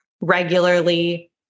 regularly